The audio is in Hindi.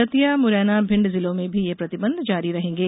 दतिया मुरैना भिंड जिलों में भी ये प्रतिबंध जारी रहेंगे